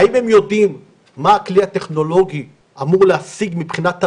האם הם יודעים מה הכלי הטכנולוגי אמור להשיג מבחינת הראיות?